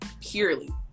purely